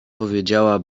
powiedziała